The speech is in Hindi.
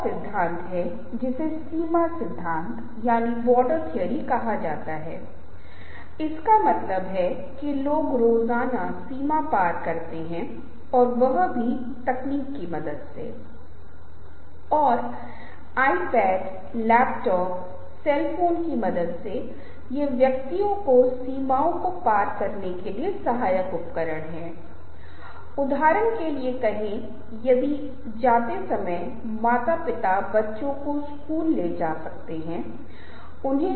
निश्चित रूप से जब हम किसी चीज़ के बारे में आश्वस्त होते हैं और जब हम मानते हैं कि कुछ सही है तो इसका एक महत्वपूर्ण सीमा तक हमारे निर्णय पर प्रभाव पड़ता है उदाहरण के लिए अगर मुझे लगता है कि भारतीय माल विदेशी वस्तुओं से बेहतर है तो अगर यह विश्वास मजबूत है सीमा पर निश्चितता तो यह अच्छी तरह से है या अगर मैं एक कंपनी के लिए काम करता हूं और मुझे पता है कि यह उत्पाद अच्छा नहीं है तो यह ज्ञान निश्चितता पहुंच को प्रभावित करता है